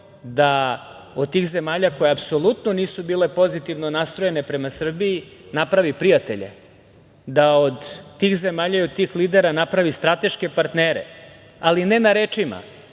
da od tih zemalja koje nisu apsolutno bile pozitivno nastrojene prema Srbiji napravi prijatelje, da od tih zemalja i od tih lidera napravi strateške partnere, ali ne na rečima,